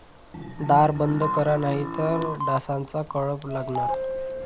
दार बंद करा नाहीतर डासांचा कळप लागणार